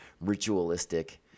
ritualistic